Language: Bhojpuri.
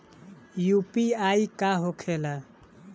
यू.पी.आई का होखेला?